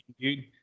dude